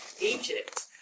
egypt